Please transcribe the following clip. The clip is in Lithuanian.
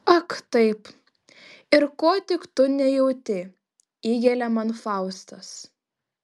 ak taip ir ko tik tu nejauti įgelia man faustas